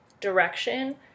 direction